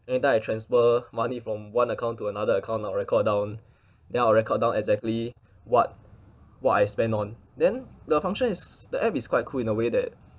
every time I transfer money from one account to another account I'll record down then I'll record down exactly what what I spend on then the function is the app is quite cool in a way that